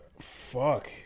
fuck